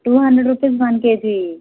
to hundred rupees ಒಂದು K G